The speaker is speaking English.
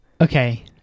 Okay